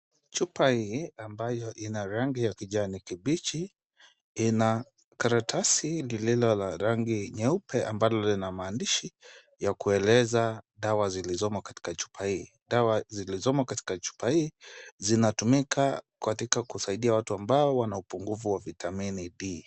Chupa hii ambayo ina rangi ya kijani kibichi ina karatasi lililo la rangi nyeupe ambalo lina maandishi ya kueleza dawa zilizomo katika chupa hii. Dawa zilizomo katika chupa hii zinatumika katika kusaidia watu ambao wana upungufu wa vitamini D.